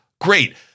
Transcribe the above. Great